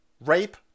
rape